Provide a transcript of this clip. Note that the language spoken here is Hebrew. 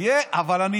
אבל אתם בממשלה.